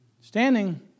Standing